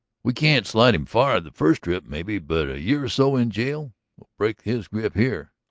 we can't slide him far the first trip, maybe. but a year or so in jail will break his grip here.